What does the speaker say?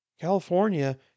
California